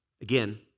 Again